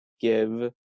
give